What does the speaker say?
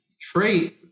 trait